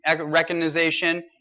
recognition